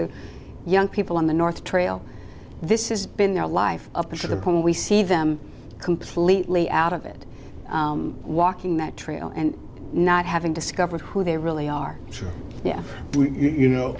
the young people in the north trail this is been their life up to the point we see them completely out of it walking that trail and not having discovered who they really are so yeah we know